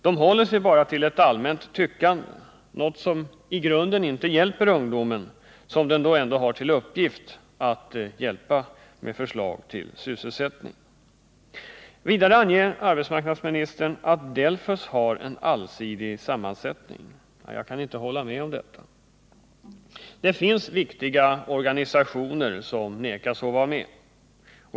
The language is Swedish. Den håller sig bara till ett allmänt tyckande, något som i grunden inte hjälper de ungdomar som den har till uppgift att hjälpa med förslag till sysselsättning. Arbetsmarknadsministern säger att DELFUS har en allsidig sammansättning. Jag kan inte hålla med om det. Det finns viktiga organisationer som nekas att få vara med.